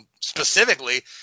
specifically